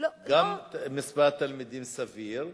גם מספר תלמידים סביר,